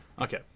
Okay